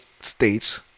states